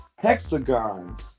hexagons